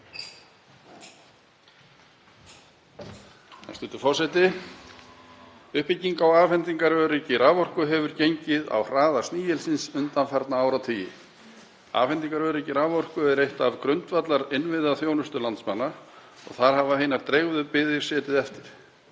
Hæstv. forseti. Uppbygging á afhendingaröryggi raforku hefur gengið á hraða snigilsins undanfarna áratugi. Afhendingaröryggi raforku er hluti af grundvallarinnviðaþjónustu landsmanna og þar hafa hinar dreifðu byggðir setið eftir,